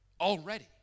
already